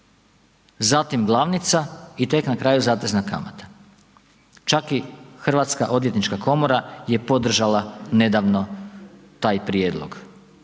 zatim glavnica i tek na kraju zatezna kamata, čak i Hrvatska odvjetnička komora je podržala nedavno taj prijedlog,